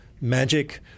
magic